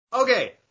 Okay